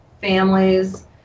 families